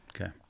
Okay